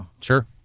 Sure